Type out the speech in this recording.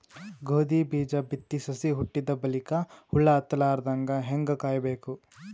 ಗೋಧಿ ಬೀಜ ಬಿತ್ತಿ ಸಸಿ ಹುಟ್ಟಿದ ಬಲಿಕ ಹುಳ ಹತ್ತಲಾರದಂಗ ಹೇಂಗ ಕಾಯಬೇಕು?